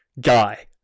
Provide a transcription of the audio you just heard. guy